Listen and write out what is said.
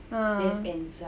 ah